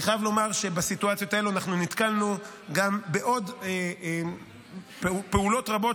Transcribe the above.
אני חייב לומר שבסיטואציות האלו אנחנו נתקלנו גם בעוד פעולות רבות